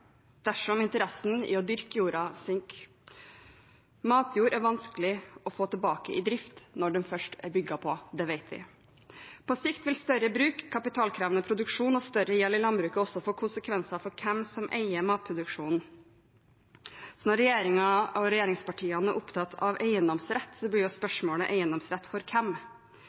Matjord er vanskelig å få tilbake i drift når den først er bygd på. Det vet vi. På sikt vil større bruk, kapitalkrevende produksjon og større gjeld i landbruket også få konsekvenser for hvem som eier matproduksjonen. Når regjeringen og regjeringspartiene er opptatt av eiendomsrett, blir jo spørsmålet: eiendomsrett for hvem?